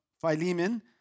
Philemon